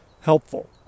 helpful